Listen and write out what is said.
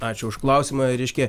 ačiū užklausimą reiškia